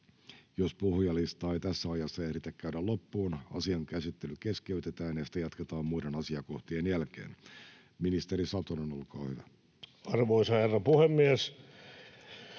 Jos puhujalistaa ei tässä ajassa ehditä käydä loppuun, asian käsittely keskeytetään ja sitä jatketaan muiden asiakohtien jälkeen. — Ministeri Satonen, olkaa hyvä. Arvoisa herra puhemies!